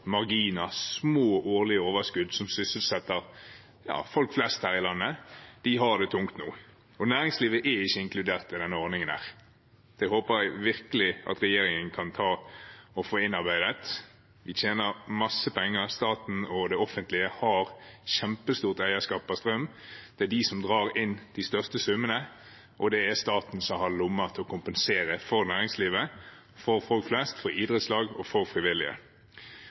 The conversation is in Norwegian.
små årlige overskudd – som sysselsetter folk flest her i landet – har det tungt nå. Næringslivet er ikke inkludert i denne ordningen, og det håper jeg virkelig at regjeringen kan få innarbeidet. Staten og det offentlige tjener masse penger på strøm og har kjempestort eierskap. Det er de som drar inn de største summene, og det er staten som har lommer til å kompensere næringslivet, folk flest, idrettslag og frivillige.